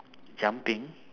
jumping